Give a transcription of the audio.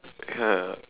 ya